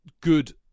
good